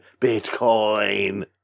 Bitcoin